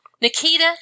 Nikita